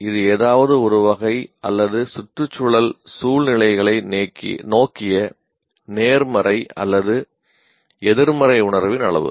இது எதாவது ஒரு வகை அல்லது சுற்றுச்சூழல் சூழ்நிலைகளை நோக்கிய நேர்மறை அல்லது எதிர்மறை உணர்வின் அளவு